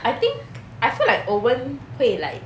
I think I feel like owen 会 like